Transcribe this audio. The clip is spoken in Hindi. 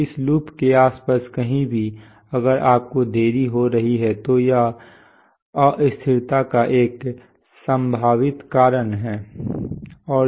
तो इस लूप के आसपास कहीं भी अगर आपको देरी हो रही है तो यह अस्थिरता का एक संभावित कारण है